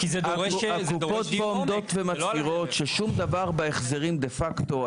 הקופות פה עומדות ומצהירות ששום דבר בהחזרים דה-פקטו,